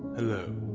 hello,